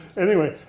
anyway,